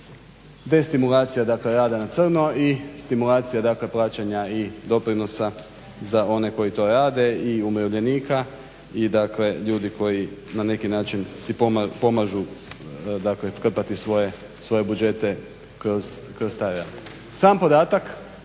destimulacija rada na crno i stimulacija plaćanja i doprinosa za one koji to rade i umirovljenika i ljudi koji na neki način si pomažu krpati svoje budžete kroz taj rad. Sam podatak